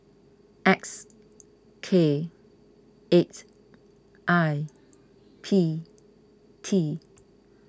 X K eight I P T